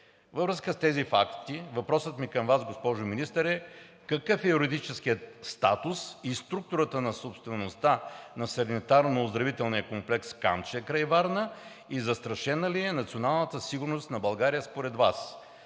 Във връзка с тези факти въпросът ми към Вас, госпожо Министър, е: какъв е юридическият статус и структурата на собствеността на Санаторно-оздравителния комплекс „Камчия“ край Варна? И застрашена ли е националната сигурност на България според Вас?